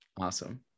awesome